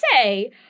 say